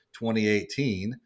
2018